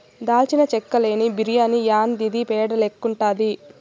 దాల్చిన చెక్క లేని బిర్యాని యాందిది పేడ లెక్కుండాది